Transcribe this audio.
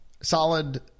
solid